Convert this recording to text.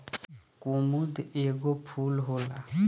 कुमुद एगो फूल होला